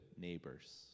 neighbors